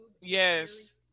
Yes